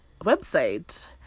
website